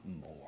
more